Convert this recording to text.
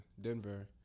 Denver